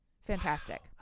fantastic